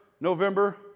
November